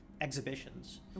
exhibitions